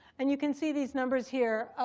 and you can see these numbers here,